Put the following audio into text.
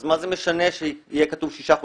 אז מה זה משנה שיהיה כתוב שישה חודשים?